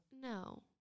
No